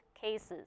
cases